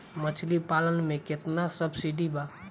मछली पालन मे केतना सबसिडी बा?